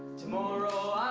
tomorrow